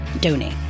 donate